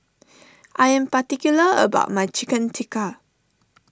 I am particular about my Chicken Tikka